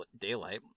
daylight